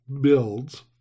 builds